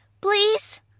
please